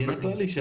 בדין הכללי.